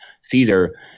Caesar